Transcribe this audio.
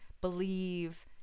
believe